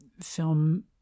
film